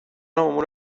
امور